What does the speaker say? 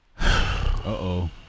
Uh-oh